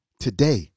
Today